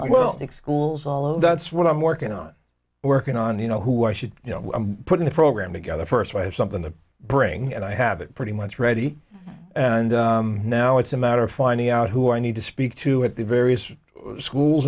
think schools all that's what i'm working on working on you know who i should you know put in the program together first i have something to bring and i have it pretty much ready and now it's a matter of finding out who i need to speak to at the various schools